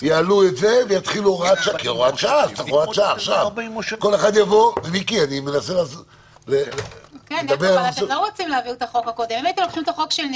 להוראת שעה אני מוכן להוריד את כל